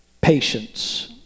Patience